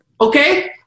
okay